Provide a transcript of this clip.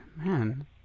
man